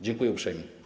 Dziękuję uprzejmie.